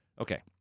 Okay